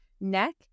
neck